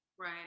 Right